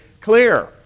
clear